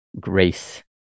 grace